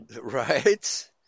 Right